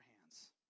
hands